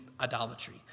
idolatry